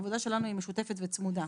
העבודה שלנו היא משותפת וצמודה.